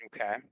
Okay